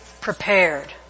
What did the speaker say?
prepared